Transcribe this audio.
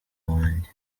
wanjye